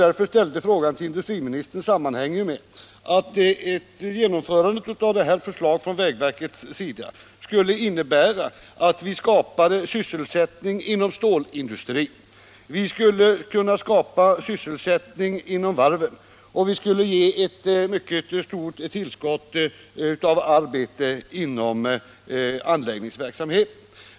Att jag ställde frågan till industriministern sammanhänger med att ett genomförande av vägverkets förslag skulle innebära att vi skapade sysselsättning inom stålindustrin. Vi skulle vidare kunna skapa sysselsättning inom varven och ett mycket stort tillskott av arbetstillfällen inom anläggningsverksamheten.